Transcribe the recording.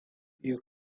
you